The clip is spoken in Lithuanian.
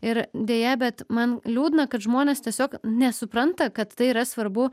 ir deja bet man liūdna kad žmonės tiesiog nesupranta kad tai yra svarbu